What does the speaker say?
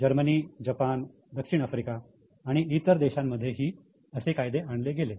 Germany Japan दक्षिण Africa आणि इतर देशांमध्ये ही असे कायदे आणले गेले